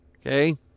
Okay